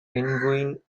penguin